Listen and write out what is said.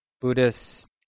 Buddhist